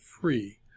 free